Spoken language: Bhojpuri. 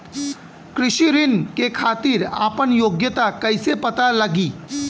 कृषि ऋण के खातिर आपन योग्यता कईसे पता लगी?